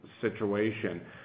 situation